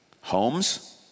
homes